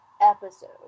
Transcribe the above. episode